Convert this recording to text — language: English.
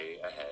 ahead